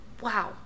Wow